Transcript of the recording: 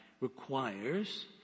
requires